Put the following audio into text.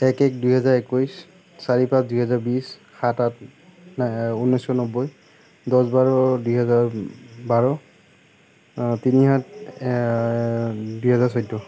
এক এক দুই হাজাৰ একৈশ চাৰি পাঁচ দুই হাজাৰ বিশ সাত আঠ ঊনৈছশ নব্বৈ দহ বাৰ দুই হাজাৰ বাৰ তিনি আঠ দুই হাজাৰ চৈধ্য